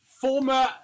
Former